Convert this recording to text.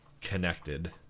connected